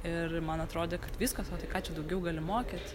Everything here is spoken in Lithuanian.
ir man atrodė kad viskas ką čia daugiau gali mokyt